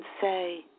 say